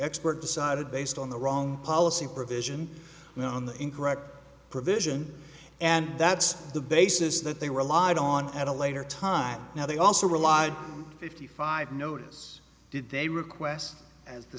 expert decided based on the wrong policy provision in the incorrect provision and that's the basis that they were allied on at a later time now they also relied on fifty five notice did they request as the